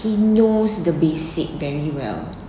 he knows the basic very well